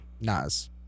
Nas